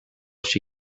się